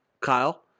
kyle